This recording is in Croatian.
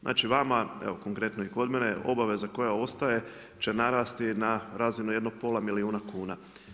Znači vama, evo konkretno i kod mene, obaveza koja ostaje će narasti na razinu jedno pola milijuna kuna.